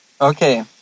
Okay